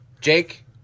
Jake